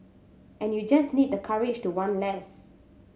and you just need the courage to want less